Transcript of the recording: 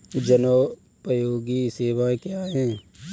जनोपयोगी सेवाएँ क्या हैं?